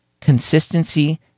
Consistency